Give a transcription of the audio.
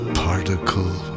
particle